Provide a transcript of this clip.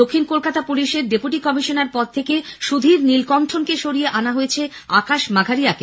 দক্ষিণ কলকাতা পুলিশের ডেপুটি কমিশনারের পদ থেকে সুধীর নীলকণ্ঠন কে সরিয়ে আনা হয়েছে আকাশ মাঘারিয়াকে